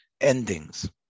endings